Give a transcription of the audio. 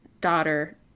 daughter